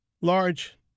large